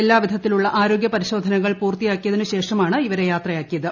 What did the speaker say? എല്ലാവിധത്തിലുമുള്ള ആരോഗൃ പരിശോധനകൾ പൂർത്തിയാക്കിയതിനുശേഷമാണ് ഇവരെ യാത്ര ആക്കിയത്